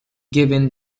given